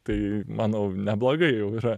tai manau neblogai jau yra